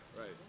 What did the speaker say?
right